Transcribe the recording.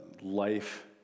life